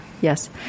Yes